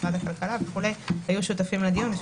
משרד הכלכלה ועוד היו שותפים לדיון.